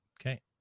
Okay